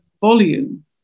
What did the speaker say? volume